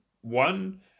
one